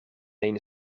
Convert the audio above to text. een